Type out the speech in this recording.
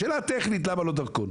שאלה טכנית למה לא דרכון.